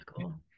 cool